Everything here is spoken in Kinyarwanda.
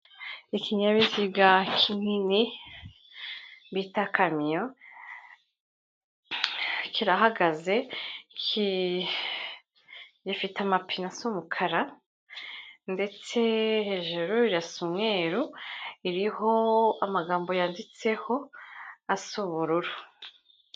Ikinyabiziga kinini bita kamyo kirahagaze, gifite amapine asa umukara ndetse hejuru irasa umweru, iriho amagambo yanditseho asa ubururu.